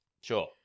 Sure